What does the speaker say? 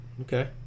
Okay